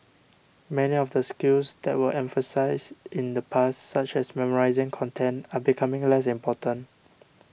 many of the skills that were emphasised in the past such as memorising content are becoming less important